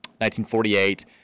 1948